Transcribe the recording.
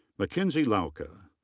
mackenzie lauka.